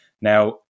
Now